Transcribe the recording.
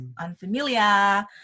unfamiliar